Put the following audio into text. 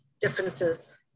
differences